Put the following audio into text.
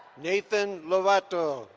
nathan lovato,